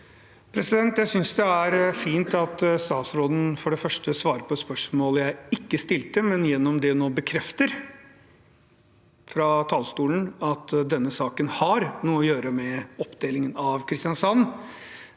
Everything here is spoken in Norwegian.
Jeg synes det er fint at statsråden for det første svarer på et spørsmål jeg ikke stilte, men gjennom det nå bekrefter fra talerstolen at denne saken har noe å gjøre med oppdelingen av Kristiansand.